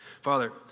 Father